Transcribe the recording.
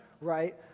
right